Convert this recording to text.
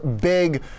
big